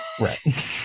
Right